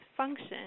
function